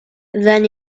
then